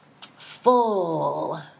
full